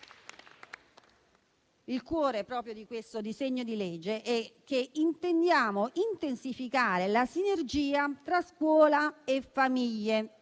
Il cuore di questo disegno di legge è che intendiamo intensificare la sinergia tra scuola e famiglie